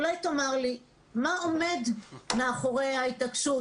אולי תגיד לי מה עומד מאחורי ההתעקשות